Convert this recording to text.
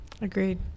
Agreed